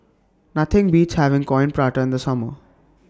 Nothing Beats having Coin Prata in The Summer